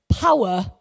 power